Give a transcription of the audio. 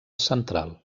central